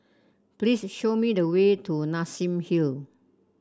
please show me the way to Nassim Hill